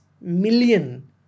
million